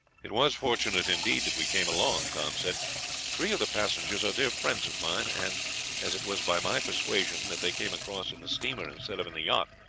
it was fortunate indeed that we came along, tom said three of the passengers are dear friends of mine and as it was by my persuasion that they came across in the steamer instead of in the yacht,